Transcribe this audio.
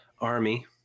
Army